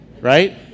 right